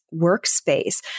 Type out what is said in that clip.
workspace